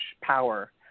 power